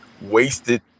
wasted